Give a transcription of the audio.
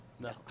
No